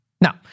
Now